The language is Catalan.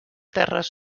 terres